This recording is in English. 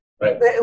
Right